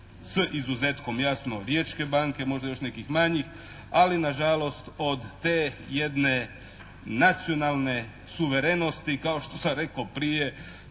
s izuzetkom jasno Riječke banke, možda još nekih manji. Ali nažalost od te jedne nacionalne suverenosti kao što sam rekao prije